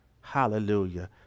hallelujah